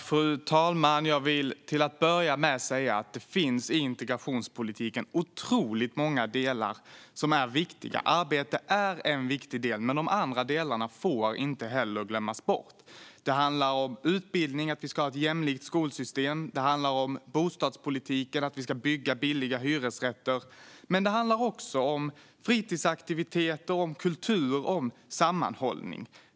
Fru talman! I integrationspolitiken finns otroligt många viktiga delar. Arbete är en viktig del, men de andra delarna får inte glömmas bort. Det handlar om utbildning och att vi ska ha ett jämlikt skolsystem. Det handlar om bostadspolitiken och att vi ska bygga billiga hyresrätter. Men det handlar också om fritidsaktiviteter, kultur och sammanhållning.